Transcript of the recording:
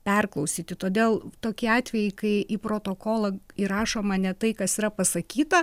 perklausyti todėl tokie atvejai kai į protokolą įrašoma ne tai kas yra pasakyta